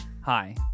Hi